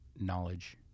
knowledge